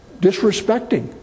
disrespecting